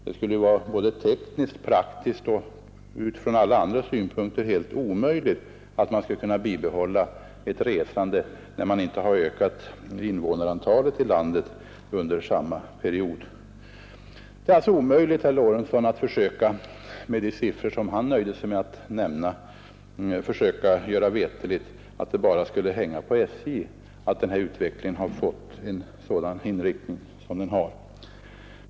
Det skulle ju vara både tekniskt, praktiskt och utifrån alla andra synpunkter helt omöjligt att man skulle kunna bibehålla ett omfattande resande när invånarantalet i landet inte har ökat under samma period. Det är alltså möjligt att med de siffror som herr Lorentzon nämnde försöka göra veterligt att det bara skulle bero på SJ att utvecklingen fått den inriktning den har fått.